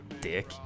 dick